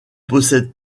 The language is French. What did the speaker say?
possèdent